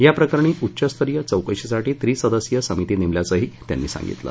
या प्रकरणी उच्चस्तरीय चौकशीसाठी त्रिसदस्यीय समिती नेमल्याचंही त्यांनी सांगितलं